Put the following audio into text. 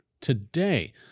today